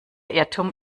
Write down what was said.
irrtum